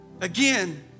again